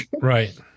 Right